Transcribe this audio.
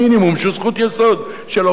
שהוא זכות יסוד של עובד,